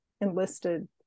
enlisted